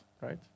right